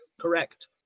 Correct